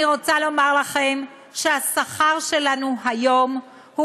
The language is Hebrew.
אני רוצה לומר לכם שהשכר שלנו היום הוא